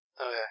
Okay